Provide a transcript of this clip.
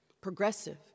progressive